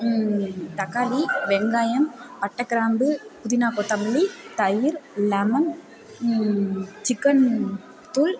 தக்காளி வெங்காயம் பட்டைகிராம்பு புதினா கொத்தமல்லி தயிர் லெமென் சிக்கன் தூள்